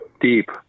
deep